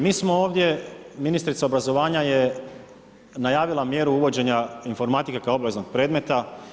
Mi smo ovdje, ministrica obrazovanja je najavila mjeru uvođenja informatike kao obveznog predmeta.